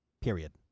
period